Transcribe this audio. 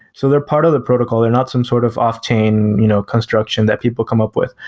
so they're part of the protocol. they're not some sort of off chain you know construction that people come up with.